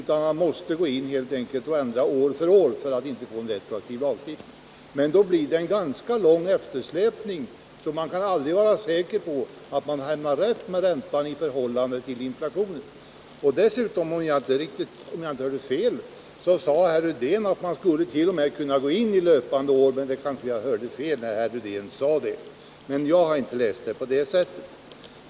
Man måste helt enkelt gå in och ändra år för år för att inte få en retroaktiv lagstiftning. Men då blir det en ganska tång eftersläpning och man kan aldrig vara säker på att man hamnar rätt med räntan i förhållande till inflationen. Dessutom, om jag inte hörde fel, sade herr Rydén att man t.o.m. skulle kunna gå in i löpande år. Men jag kanske hörde fel för jag har inte läst propositionen på det sättet.